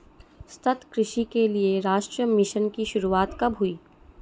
सतत कृषि के लिए राष्ट्रीय मिशन की शुरुआत कब हुई?